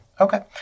Okay